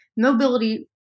mobility